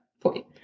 point